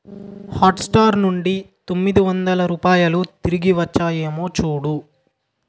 Hotstar నుండి తొమ్మిది వందల రూపాయలు తిరిగి వచ్చాయేమో చూడు